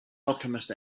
alchemist